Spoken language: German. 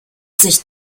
sich